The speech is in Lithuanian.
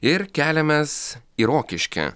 ir keliamės į rokiškį